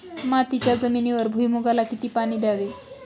मातीच्या जमिनीवर भुईमूगाला किती पाणी द्यावे?